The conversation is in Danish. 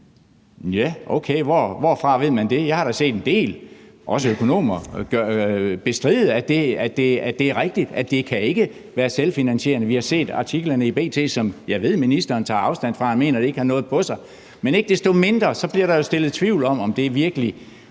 ja, okay, hvorfra ved man det? Jeg har da set en del, også økonomer, bestride, at det er rigtigt, altså sige, at det ikke kan være selvfinansierende. Vi har set artiklerne i B.T., som jeg ved at ministeren tager afstand fra og ikke mener har noget på sig. Men ikke desto mindre bliver der jo rejst tvivl om, om den vigtige